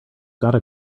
gotta